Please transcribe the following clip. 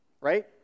right